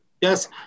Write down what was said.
Yes